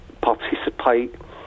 participate